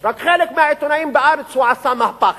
רק חלק מהעיתונאים בארץ אמרו שהוא עשה מהפך.